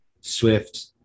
swift